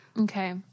Okay